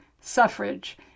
Suffrage